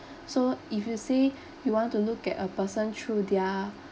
so if you say you want to look at a person through their